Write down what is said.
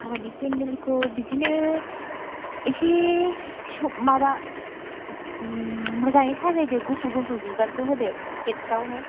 हाबानि पेनदेलखौ बिदिनो एसे माबा ओम मोजाङै साजायदो गुफुर गुफुर बिबारखौ होदो गेटफ्रावहाय